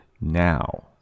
now